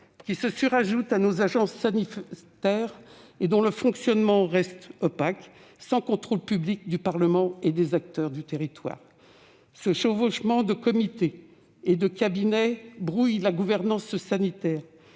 qui se surajoutent à nos agences sanitaires et dont le fonctionnement reste opaque, sans contrôle public du Parlement et des acteurs du territoire. Ce chevauchement de comités et de cabinets brouille la gouvernante sanitaire